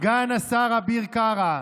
סגן השר אביר קארה,